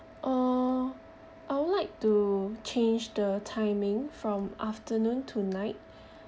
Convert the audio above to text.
uh I would like to change the timing from afternoon to night